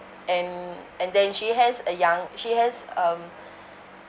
and and then she has a young she has um